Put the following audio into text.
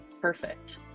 perfect